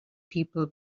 people